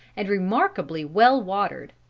and remarkably well watered.